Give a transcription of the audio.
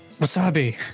wasabi